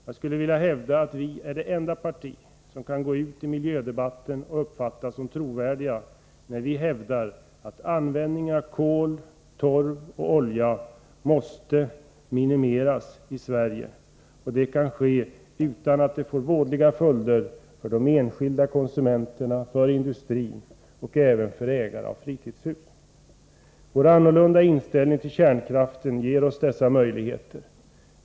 Jag skulle vilja hävda att vi är det enda parti som kan gå ut i miljödebatten och uppfattas som trovärdiga, när vi hävdar att användningen av kol, torv och olja måste minimeras i Sverige. Det kan ske utan att det får vådliga följder för de enskilda konsumenterna, industrin och även för ägarna till fritidshus. Vår avvikande inställning till kärnkraften ger oss dessa möjligheter.